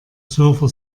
surfer